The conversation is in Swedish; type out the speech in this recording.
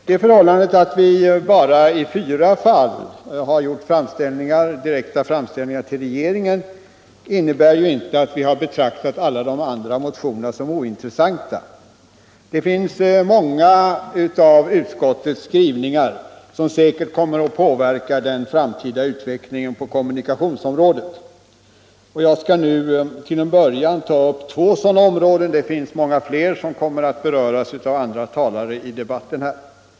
Det förhållandet att vi bara i fyra fall har gjort direkta framställningar till regeringen innebär inte att vi har betraktat alla de andra motionerna som ointressanta. Många av utskottets skrivningar kommer säkerligen att påverka den framtida utvecklingen på kommunikationsområdet. Jag skall nu bara ta upp två sådana områden. Det finns många fler som kommer att beröras av andra talare i debatten.